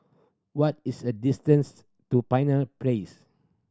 what is the distance to Pioneer Place